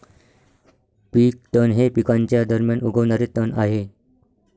पीक तण हे पिकांच्या दरम्यान उगवणारे तण आहे